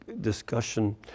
discussion